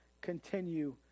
continue